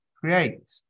create